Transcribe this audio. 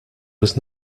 was